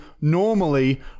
normally